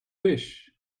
wish